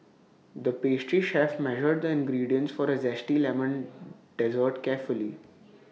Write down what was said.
the pastry chef measured the ingredients for A Zesty Lemon dessert carefully